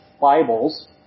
Bibles